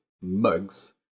mugs